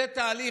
זה תהליך.